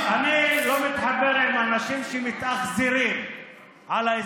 אז אני לא מתחבר עם אנשים שמתאכזרים לאזרחים,